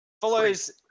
Follows